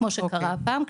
כמו שקרה הפעם,